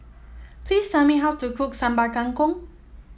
please tell me how to cook Sambal Kangkong